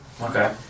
Okay